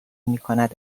میکند